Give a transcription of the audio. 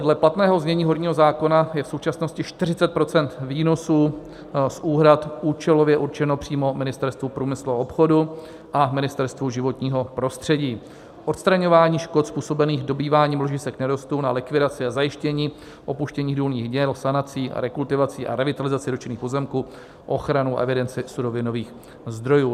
Dle platného znění horního zákona je v současnosti 40 % výnosů z úhrad účelově určeno přímo Ministerstvu průmyslu a obchodu a Ministerstvu životního prostředí k odstraňování škod způsobených dobýváním ložisek nerostů, na likvidaci a zajištění opuštění důlních děl, sanaci, rekultivaci a revitalizaci dotčených pozemků, ochranu a evidenci surovinových zdrojů.